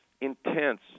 intense